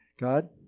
God